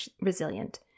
resilient